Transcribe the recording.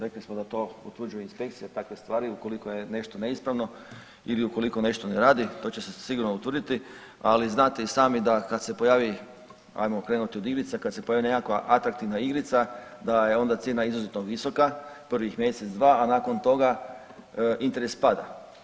Rekli smo da to utvrđuje inspekcija takve stvari ukoliko je nešto neispravno ili ukoliko nešto ne radi to će se sigurno utvrditi, ali znate i sami da kada se pojavi ajmo krenut od igrice, kad se pojavi nekakva atraktivan igrica a je onda cijena izuzetno visoka prvih mjesec, dva, a nakon toga interes pada.